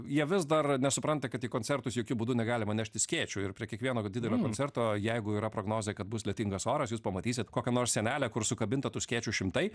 jie vis dar nesupranta kad į koncertus jokiu būdu negalima neštis skėčių ir prie kiekvieno didelio koncerto jeigu yra prognozė kad bus lietingas oras jūs pamatysit kokią nors sienelę kur sukabinta tų skėčių šimtai